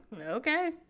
okay